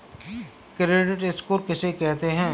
Credit score किसे कहते हैं?